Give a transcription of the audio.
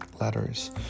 letters